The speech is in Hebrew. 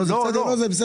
זה בסדר.